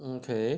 okay